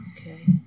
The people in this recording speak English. Okay